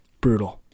Brutal